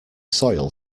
soil